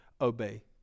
obey